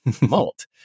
malt